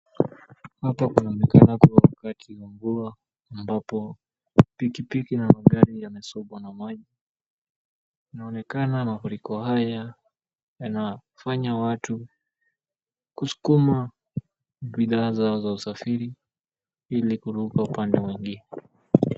Hapa kunaonekana kuwa wakati wa mvua ambapo pikipiki na magari yamesombwa na maji. Kunaonekana mafuriko haya yanafanya watu kuskuma bidhaa zao za usafiri ili kuvuka upande mwingine.